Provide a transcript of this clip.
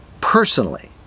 Personally